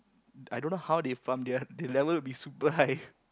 i don't know how they farm their their level be super high